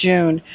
June